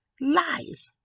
lies